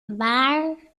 waar